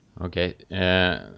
Okay